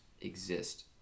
exist